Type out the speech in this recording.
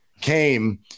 came